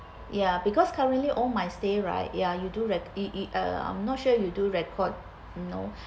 ya because currently all my stay right ya you do re~ uh I'm not sure you do record know